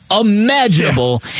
imaginable